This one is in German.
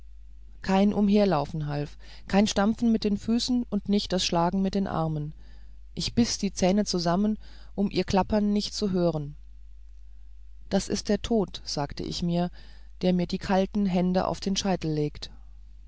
kein umherlaufen half kein stampfen mit den füßen und nicht das schlagen mit den armen ich biß die zähne zusammen um ihr klappern nicht zu hören das ist der tod sagte ich mir der dir die kalten hände auf den scheitel legt